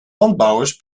landbouwers